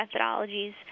methodologies